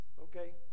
Okay